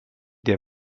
der